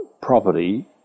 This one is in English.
property